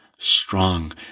strong